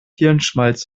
hirnschmalz